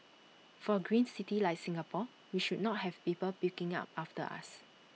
for A green city like Singapore we should not have people picking up after us